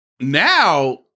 Now